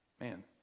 Man